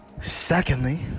Secondly